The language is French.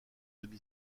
demi